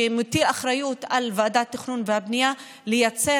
שמטיל אחריות על ועדת התכנון והבנייה לייצר